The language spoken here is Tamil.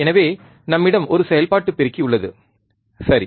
எனவே நம்மிடம் ஒரு செயல்பாட்டு பெருக்கி உள்ளது சரி